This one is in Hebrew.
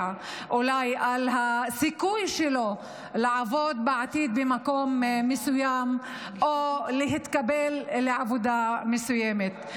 אולי על הסיכוי שלו לעבוד בעתיד במקום מסוים או להתקבל לעבודה מסוימת.